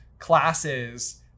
classes